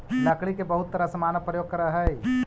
लकड़ी के बहुत तरह से मानव प्रयोग करऽ हइ